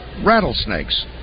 rattlesnakes